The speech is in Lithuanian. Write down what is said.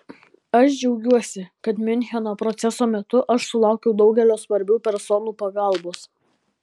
aš džiaugiuosi kad miuncheno proceso metu aš sulaukiau daugelio svarbių personų pagalbos